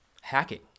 hacking